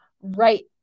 right